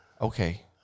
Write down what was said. Okay